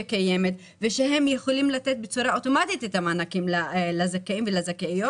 קיימת ושהם יכולים לתת בצורה אוטומטית את המענקים לזכאים ולזכאיות.